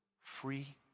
free